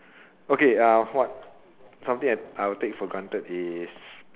okay what something I will take for granted is